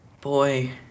boy